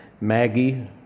Maggie